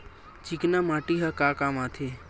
चिकना माटी ह का काम आथे?